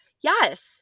Yes